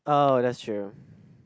oh that's true